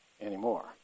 anymore